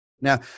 Now